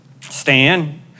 Stan